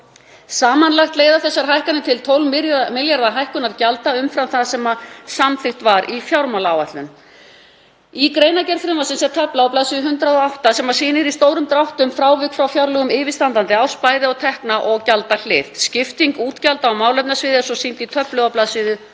Samanlagt leiða þessar hækkanir til 12 milljarða hækkunar gjalda umfram það sem samþykkt var í fjármálaáætlun. Í greinargerð frumvarpsins er tafla á bls. 108 sem sýnir í stórum dráttum frávik frá fjárlögum yfirstandandi árs, bæði á tekna- og gjaldahlið. Skipting útgjalda og málefnasviða er svo sýnd í töflu á bls.